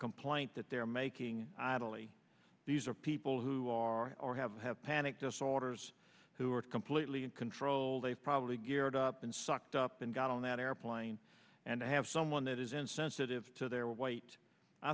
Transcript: complaint that they're making idle e these are people who are or have have panic disorders who are completely in control they probably geared up and sucked up and got on that airplane and have someone that is insensitive to their weight i